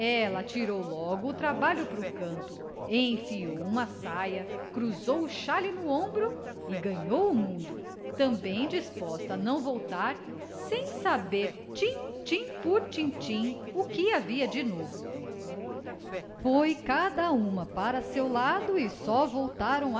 ela atirou logo o trabalho pro canto enfiou uma saia cruzou o xale no ombro e ganhou o mundo também disposta a não voltar sem saber tintim por tintim o que havia de novo foi cada uma para seu lado e só voltaram